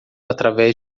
através